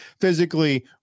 physically